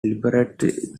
librettist